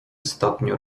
stopniu